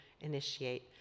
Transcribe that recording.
initiate